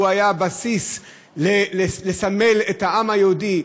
הוא היה בסיס לסמל את העם היהודי,